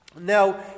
Now